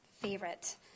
favorite